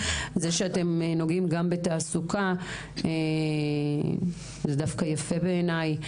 אחרים, זה שאתם נוגעים גם בתעסוקה זה יפה בעיני.